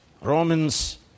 Romans